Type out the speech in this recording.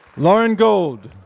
lauren gold.